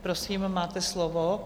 Prosím, máte slovo.